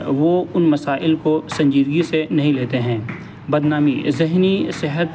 وہ ان مسائل کو سنجیدگی سے نہیں لیتے ہیں بدنامی ذہنی صحت